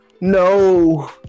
No